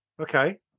Okay